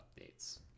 updates